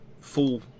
full